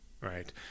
right